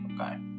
Okay